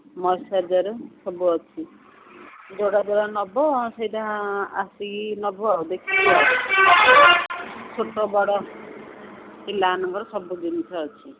ମଶ୍ଚରାଇଜର୍ର ସବୁ ଅଛି ଯେଉଁଟା ଯେଉଁଟା ନେବ ସେଇଟା ଆସିକି ନେବ ଆଉ ଦେଖ ଆ ଛୋଟ ବଡ଼ ପିଲାମାନଙ୍କର ସବୁ ଜିନିଷ ଅଛି